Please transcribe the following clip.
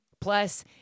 plus